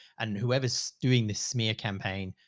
and whoever's so doing this smear campaign.